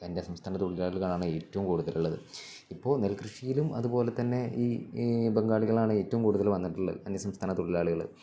അന്യസംസ്ഥാന തൊഴിലാളികളാണ് ഏറ്റവും കൂടുതലുള്ളത് ഇപ്പോള് നെൽകൃഷിയിലും അതുപോലെ തന്നെ ഈ ബംഗാളികളാണ് ഏറ്റവും കൂടുതല് വന്നിട്ടുള്ളത് അന്യസംസ്ഥാന തൊഴിലാളികള്